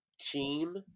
team